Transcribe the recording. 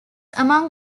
among